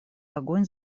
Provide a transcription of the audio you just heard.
огонь